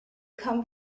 come